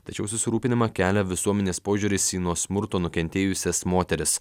tačiau susirūpinimą kelia visuomenės požiūris į nuo smurto nukentėjusias moteris